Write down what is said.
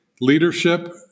leadership